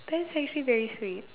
that's actually very sweet